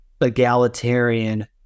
egalitarian